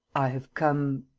i have come.